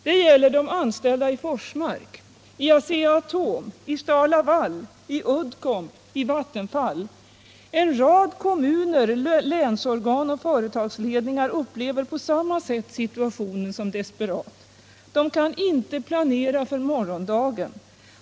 Det gäller de anställda i Forsmark, i Asea-Atom, i STAL-LAVAL, i Uddcomb, i Vattenfall. En rad kommuner, länsorgan och företagsledningar upplever på samma sätt situationen som desperat. De kan inte planera för morgondagen.